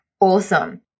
Awesome